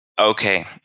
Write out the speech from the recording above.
Okay